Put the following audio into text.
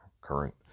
current